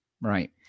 Right